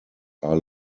are